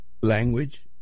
language